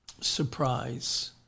Surprise